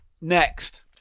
Next